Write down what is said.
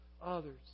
others